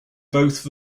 both